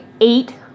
eight